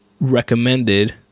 recommended